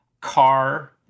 car